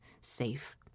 safe